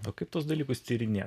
va kaip tuos dalykus tyrinėt